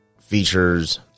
features